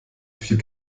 viel